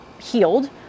healed